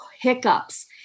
hiccups